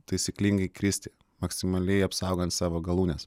taisyklingai kristi maksimaliai apsaugant savo galūnes